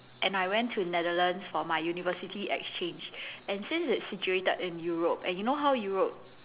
and I went to Netherlands for my university exchange and since it's situated in Europe and you know how Europe